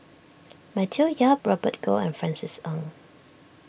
Matthew Yap Robert Goh and Francis Ng